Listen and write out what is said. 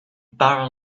barrel